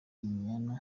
inyana